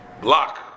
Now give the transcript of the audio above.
block